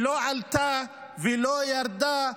שלא עלתה ולא ירדה,